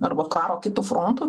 arba karo kitu frontu